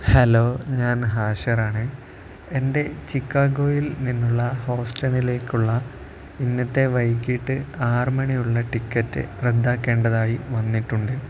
hello ഞാൻ ഹാഷറാണ് എൻ്റെ ചിക്കാഗോയിൽ നിന്നുള്ള ഹൂസ്റ്റണിലേക്കുള്ള ഇന്ന് വൈകിട്ട് ആറ് മണിക്കുള്ള ടിക്കറ്റ് റദ്ദാക്കേണ്ടതായി വന്നിട്ടുണ്ട്